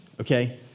okay